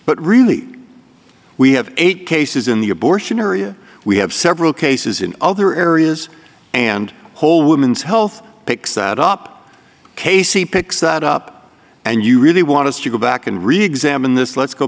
but really we have eight cases in the abortion or you we have several cases in other areas and whole women's health picks that up casey picks that up and you really want us to go back and reexamine this let's go